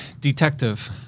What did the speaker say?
detective